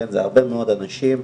זה הרבה מאוד אנשים,